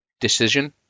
decision